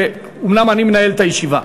אומנם אני מנהל את הישיבה,